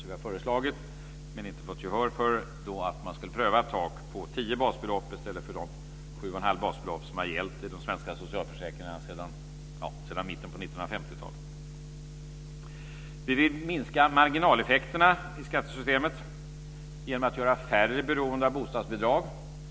Vi har föreslagit men inte fått gehör för att man skulle pröva ett tak på 10 basbelopp i stället för de 71⁄2 som har gällt i de svenska socialförsäkringarna sedan mitten på 1950-talet.